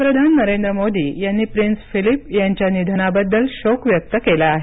पंतप्रधान नरेंद्र मोदी यांनी Prince Philip यांच्या निधनाबद्दल शोक व्यक्त केला आहे